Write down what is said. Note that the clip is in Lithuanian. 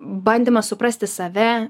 bandymas suprasti save